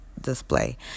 display